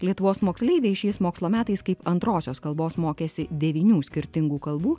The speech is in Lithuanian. lietuvos moksleiviai šiais mokslo metais kaip antrosios kalbos mokėsi devynių skirtingų kalbų